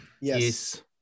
Yes